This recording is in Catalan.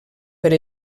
per